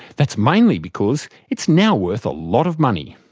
that's mainly because it's now worth a lot of money.